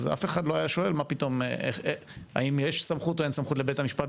אז אף אחד לא היה שואל האם יש סמכות או אין סמכות לבית-המשפט,